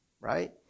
right